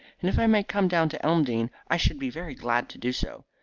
and if i may come down to elmdene i should be very glad to do so.